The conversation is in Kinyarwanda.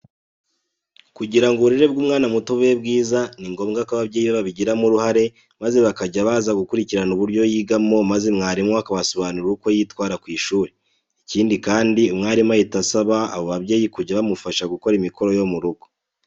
Kugira ngo uburere bw'umwana muto bube bwiza ni ngombwa ko ababyeyi be babigiramo uruhare maze bakajya baza kugurikirana uburyo yigamo maze mwarimu we akabasobanurira uko yitwara ku ishuri. Ikindi kandi, umwarimu ahita asaba abo babyeyi kujya bamufasha gukora imikoro yo mu rugo.